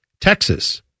texas